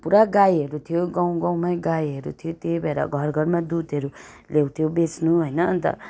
पुरा गाईहरू थियो गाउँ गाउँमै गाईहरू थियो त्यही भएर घर घरमा दुधहरू ल्याउथ्यो बेच्नु होइन अन्त